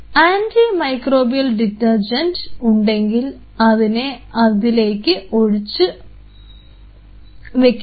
anti microbial detergent ഉണ്ടെങ്കിൽ അതിനെ ഇതിലേക്ക് കുറച്ചു ഒഴിച്ചു വയ്ക്കുക